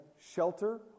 shelter